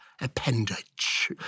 appendage